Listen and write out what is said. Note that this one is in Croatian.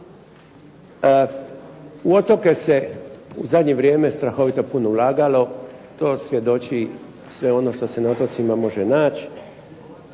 U otoke se u zadnje vrijeme strahovito puno ulagalo. To svjedoči sve ono što se na otocima može naći.